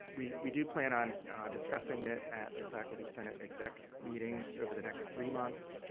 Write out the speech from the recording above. we we do plan on discussing it at the faculty senate exec meetings over the next three months.